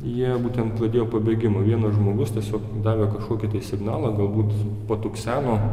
jie būtent pradėjo pabėgimą vienas žmogus tiesiog davė kažkokį tai signalą galbūt patukseno